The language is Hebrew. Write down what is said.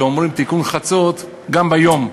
שאומרים תיקון חצות גם ביום,